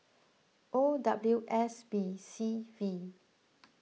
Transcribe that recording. O W S B C V